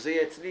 שזה יהיה אצלי,